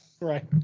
Right